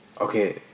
Okay